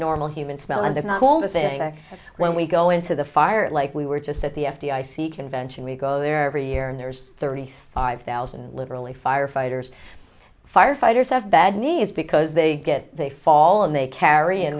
normal human smell and that not all the things when we go into the fire like we were just at the f d i c convention we go there every year and there's thirty five thousand and literally firefighters firefighters have bad knees because they get they fall and they carry in